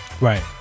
Right